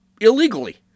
illegally